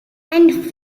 and